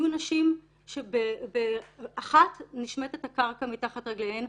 יהיו נשים שבאחת נשמטת הקרקע מתחת רגליהן,